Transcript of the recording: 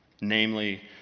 Namely